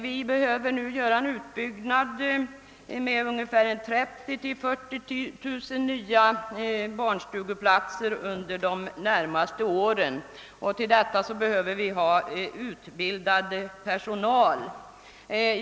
Vi behöver under de närmaste åren göra en utbyggnad med 30 000 —40 000 nya barnstugeplatser. Till dessa barnstugor behöver vi utbildad personal.